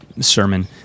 sermon